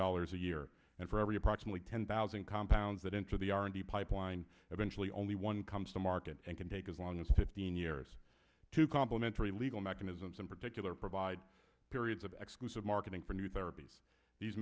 dollars a year and for every approximately ten thousand compounds that enter the r and d pipeline eventually only one comes to market and can take as long as fifteen years to complementary legal mechanisms in particular provide periods of xclusive marketing for new therapies these